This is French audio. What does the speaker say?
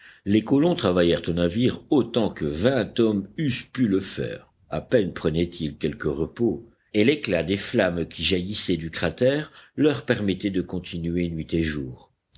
les colons travaillèrent au navire autant que vingt hommes eussent pu le faire à peine prenaient-ils quelque repos et l'éclat des flammes qui jaillissaient du cratère leur permettait de continuer nuit et jour